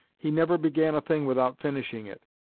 he never began a thing without finishing it.